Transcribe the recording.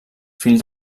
fill